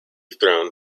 thrown